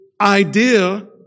idea